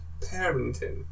parenting